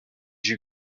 you